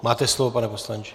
Máte slovo, pane poslanče.